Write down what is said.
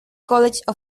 college